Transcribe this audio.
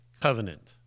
covenant